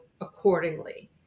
accordingly